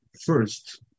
First